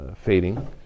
fading